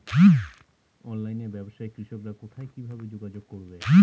অনলাইনে ব্যবসায় কৃষকরা কোথায় কিভাবে যোগাযোগ করবে?